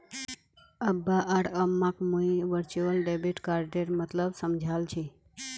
अब्बा आर अम्माक मुई वर्चुअल डेबिट कार्डेर मतलब समझाल छि